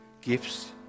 gifts